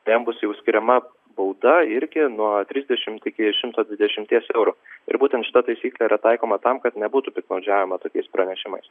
tai jam bus jau skiriama bauda irgi nuo trisdešimties iki šimto dvidešimties eurų ir būtent šita taisyklė yra taikoma tam kad nebūtų piktnaudžiaujama tokiais pranešimais